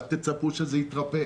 אל תצפו שזה יתרפא,